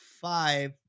five